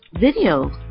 video